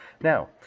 Now